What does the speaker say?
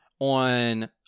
on